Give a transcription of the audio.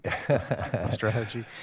strategy